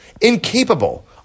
Incapable